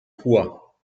poids